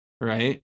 right